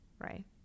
right